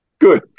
Good